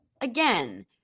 again